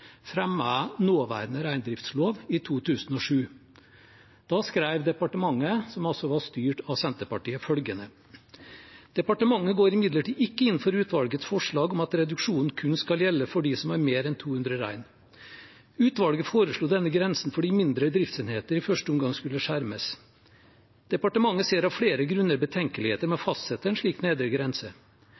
fremmet nåværende reindriftslov i 2007. Da skrev departementet, som altså var styrt av Senterpartiet, følgende: «Departementet går imidlertid ikke inn for utvalgets forslag om at reduksjonen kun skal gjelde for de som har mer enn 200 rein. Utvalget foreslo denne grensen fordi mindre driftsenheter i første omgang skulle skjermes. Departementet ser av flere grunner betenkeligheter med å fastsette en slik nedre grense.